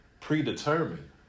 predetermined